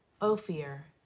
Ophir